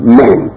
men